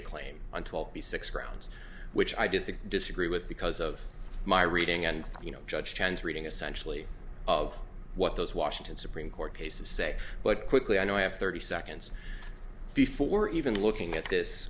a claim until the six grounds which i did they disagree with because of my reading and you know judge chance reading essentially of what those washington supreme court cases say but quickly i know i have thirty seconds before even looking at this